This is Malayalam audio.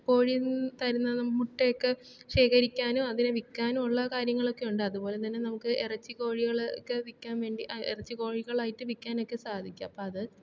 കോഴി തരുന്നത് മുട്ടയൊക്കെ ശേഖരിക്കാനും അതിനെ വിൽക്കാനും ഉള്ള കാര്യങ്ങളൊക്കെ ഉണ്ട് അതുപോലെ തന്നെ നമുക്ക് ഇറച്ചി കൊഴികൾ കുക്കെ വിൽക്കാൻ വേണ്ടി ഇറച്ചി കോഴികളായിട്ട് വിൽക്കാനായിട്ട് സാധിക്കും അപ്പത്